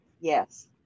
Yes